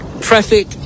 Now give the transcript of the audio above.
traffic